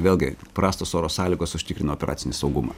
vėlgi prastos oro sąlygos užtikrino operacinį saugumą